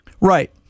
Right